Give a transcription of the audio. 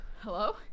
Hello